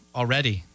already